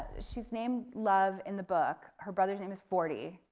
she's named love in the book. her brother's name is forty.